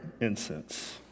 incense